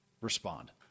respond